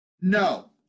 No